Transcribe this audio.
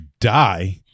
die